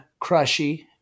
crushy